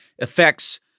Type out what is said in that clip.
affects